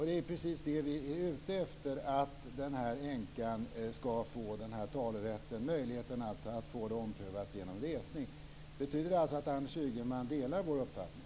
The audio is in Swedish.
Det är precis det som vi är ute efter, dvs. att den här änkan skall få denna talerätt, alltså möjlighet att få detta omprövat genom resning. Betyder det att Anders Ygeman delar vår uppfattning?